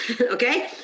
okay